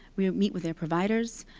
we meet with their providers.